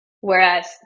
Whereas